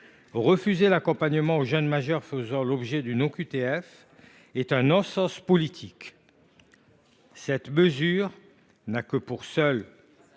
Refuser l’accompagnement aux jeunes majeurs faisant l’objet d’une OQTF est un non sens politique. Oh ! Cela n’aura pour seule